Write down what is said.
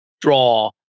draw